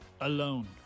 Alone